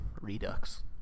redux